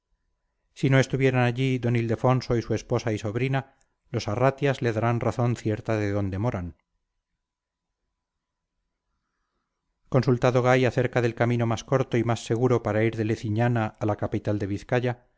si no estuvieran allí d ildefonso y su esposa y sobrina los arratias le darán razón cierta de dónde moran consultado gay acerca del camino más corto y más seguro para ir de leciñana a la capital de vizcaya